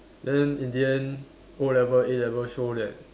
then in the end O-level A-level show that